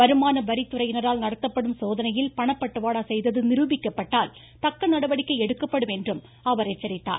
வருமான வரித்துறையினரால் நடத்தப்படும் சோதனையில் பணப்பட்டுவாடா செய்தது நிருபிக்கப்பட்டால் தக்க நடவடிக்கை எடுக்கப்படும் என்றும் அவர் எச்சரித்தார்